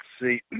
see